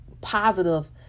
positive